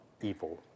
evil